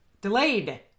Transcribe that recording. Delayed